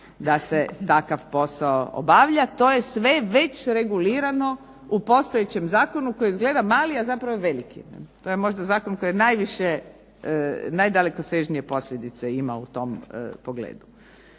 da se takav posao obavlja. To je sve već regulirano u postojećem zakonu koji izgleda mali, a zapravo je veliki. To je možda zakon koji najdalekosežnije posljedice ima u tom pogledu.